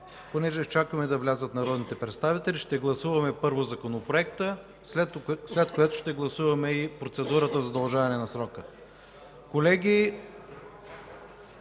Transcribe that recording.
Понеже изчакваме да влязат народните представители, първо ще гласуваме Законопроекта, след което ще гласуваме и процедурата за удължаване на срока. Колеги,